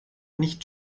nicht